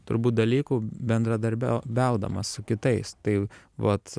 turbūt dalykų bendradarbiau biaudamas su kitais tai vat